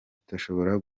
atashoboraga